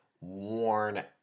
worn